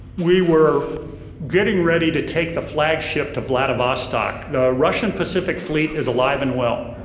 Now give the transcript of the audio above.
we were getting ready to take the flagship to vladivostok. the russian pacific fleet is alive and well.